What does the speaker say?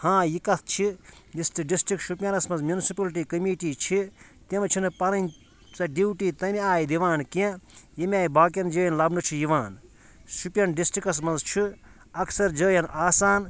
ہاں یہِ کَتھ چھِ یُس ڈِسٹرک شُپیَنَس منٛز میونسِپلٹی کٔمیٖٹی چھِ تِم چھِنہٕ پَنٕنۍ ژےٚ ڈیوٗٹی تَمہِ آیہِ دِوان کینٛہہ ییٚمہِ آیہِ باقیَن جٲیَن لَبنہٕ چھُ یِوان شُپیَن ڈِسٹرکَس منٛز چھُ اَکثَر جٲیَن آسان